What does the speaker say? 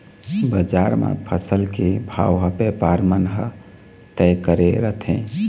बजार म फसल के भाव ह बेपारी मन ह तय करे रथें